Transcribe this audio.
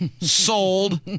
sold